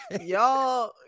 Y'all